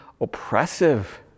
oppressive